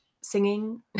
singing